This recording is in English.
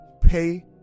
pay